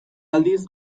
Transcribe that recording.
aldiz